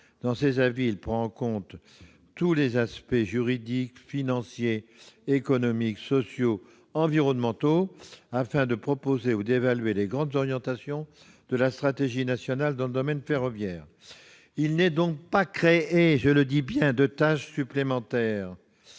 Dans ses avis, celui-ci prend en compte tous les aspects juridiques, financiers, économiques, sociaux, environnementaux, afin de proposer ou d'évaluer les grandes orientations de la stratégie nationale dans le domaine ferroviaire. Avec cet amendement, on ne crée donc pas- je le précise bien -de tâches supplémentaires